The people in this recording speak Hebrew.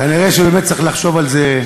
כנראה באמת צריך לחשוב על זה,